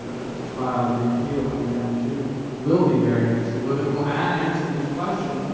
that the trial, the appeal that we have in june will be very interesting, whether we'll answer these questions.